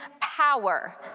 power